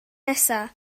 nesaf